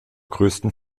größten